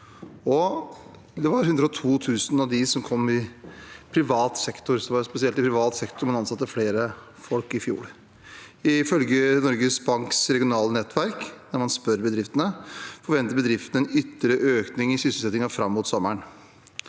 det var spesielt i privat sektor man ansatte flere folk i fjor. Ifølge Norges Banks regionale nettverk, der man spør bedriftene, forventer bedriftene en ytterligere økning i sysselsettingen fram mot sommeren.